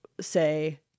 say